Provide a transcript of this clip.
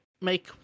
make